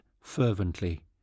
fervently